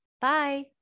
Bye